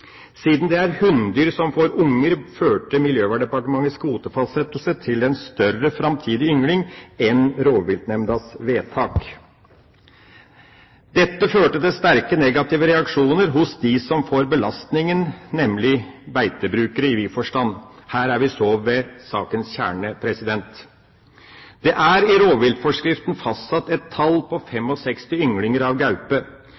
Siden det er hunndyr som får unger, førte Miljøverndepartementets kvotefastsettelse til en større framtidig yngling enn rovviltnemndas vedtak. Dette førte til sterke negative reaksjoner hos dem som får belastningen, nemlig beitebrukere i vid forstand. Her er vi så ved sakens kjerne. Det er i rovviltforskriften fastsatt et tall på